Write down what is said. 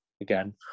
again